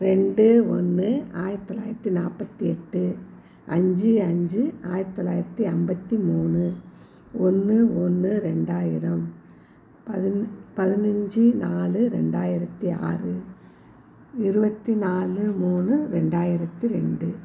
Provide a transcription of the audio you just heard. ரெண்டு ஒன்று ஆயிரத்தி தொள்ளாயிரத்தி நாற்பத்தி எட்டு அஞ்சு அஞ்சு ஆயிரத்தி தொள்ளாயிரத்தி ஐம்பத்தி மூணு ஒன்று ஒன்று ரெண்டாயிரம் பதி பதினஞ்சு நாலு ரெண்டாயிரத்தி ஆறு இருபத்தி நாலு மூணு ரெண்டாயிரத்தி ரெண்டு